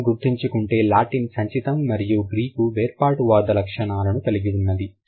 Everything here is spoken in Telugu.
మనం గుర్తించుకుంటే లాటిన్ సంచితం మరియు గ్రీక్ వేర్పాటువాదం లక్షణాలు కలిగి ఉన్నది